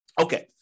Okay